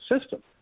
system